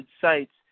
sites